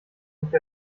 mich